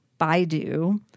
Baidu